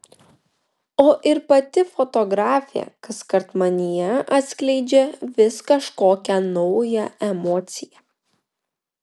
o ir pati fotografė kaskart manyje atskleidžia vis kažkokią naują emociją